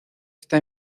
esta